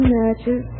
matches